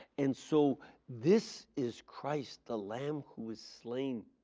and so this is christ the lamb who was slain